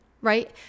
right